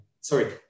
sorry